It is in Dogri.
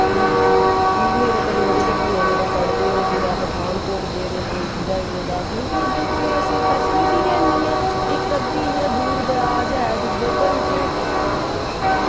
हून मेरे कन्ने दे गै किन्ने जेह्ड़े पढ़दे हे ओह् कुतै पठानकोट गेदे कोई कुतै गेदा क्योंकि इध्दर कोई ऐसी फैसलिटी गै नी ऐ इक्क अध्दी इयां दूर दराज़ ऐ जिध्दर पर उत्थैं